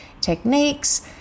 techniques